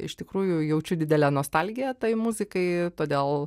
iš tikrųjų jaučiu didelę nostalgiją tai muzikai todėl